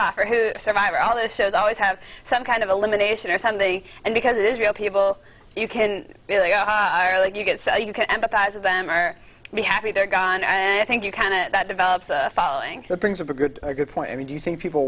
off or who survivor all those shows always have some kind of elimination or something and because it is real people you can feel like you get so you can empathize with them or be happy they're gone i think you kind of that develops a following that brings up a good or good point i mean do you think people